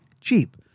cheap